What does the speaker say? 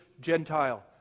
Gentile